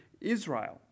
Israel